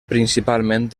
principalment